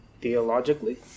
theologically